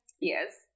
Yes